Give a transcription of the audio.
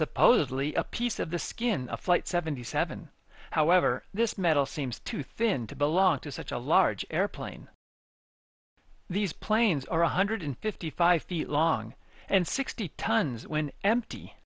supposedly a piece of the skin of flight seventy seven however this metal seems too thin to belong to such a large airplane these planes are one hundred fifty five feet long and sixty tons when empty